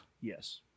Yes